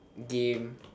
game